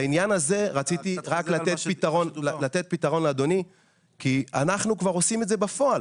לעניין זה רציתי לתת פתרון לאדוני כי אנחנו כבר עושים את זה בפועל.